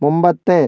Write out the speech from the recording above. മുമ്പത്തെ